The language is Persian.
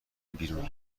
بیرون